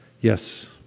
Yes